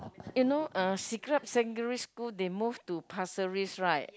you know uh siglap secondary school they move to Pasir-Ris right